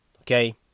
okay